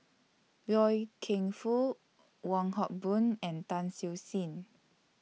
Loy Keng Foo Wong Hock Boon and Tan Siew Sin